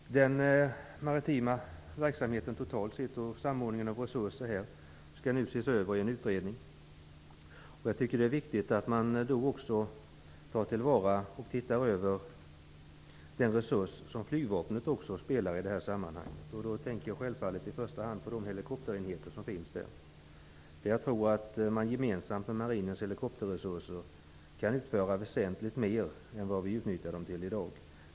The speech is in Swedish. Den maritima verksamheten totalt sett och samordningen av resurser skall nu ses över av en utredning. Då bör man också ta till vara och se över den resurs som flygvapnet utgör i det här sammanhanget. Jag tänker självfallet i första hand på flygvapnets helikopterenheter. Gemensamt med marinens helikopterresurser kan man utföra väsentligt mer än vad dessa resurser utnyttjas till i dag.